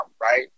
right